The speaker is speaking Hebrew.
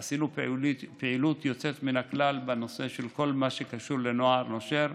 עשינו פעילות יוצאת מן הכלל בנושא של כל מה שקשור לנוער נושר,